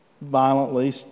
violently